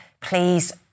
Please